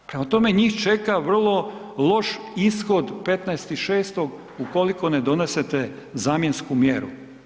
Prema tome, njih čeka vrlo loš ishod 15.6. ukoliko ne donesete zamjensku mjeru.